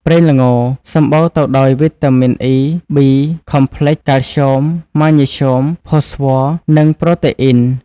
ប្រេងល្ង សម្បូរទៅដោយវីតាមីន អ៊ី ប៊ី ខមផ្លិច (E B complex) កាល់ស្យូម ម៉ាញ៉េស្យូម ផូស្វ័រ និងប្រូតេអ៊ីន។